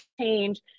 change